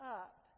up